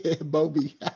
Bobby